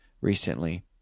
recently